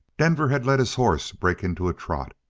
denver had let his horse break into a trot.